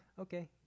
okay